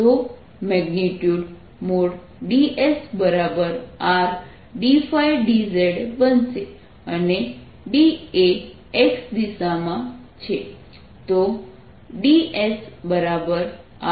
તો મેગ્નિટ્યુડdSRdϕdzબનશે અને d એ x દિશામાં છે